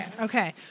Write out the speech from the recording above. Okay